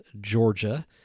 Georgia